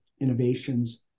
Innovations